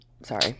Sorry